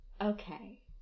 Okay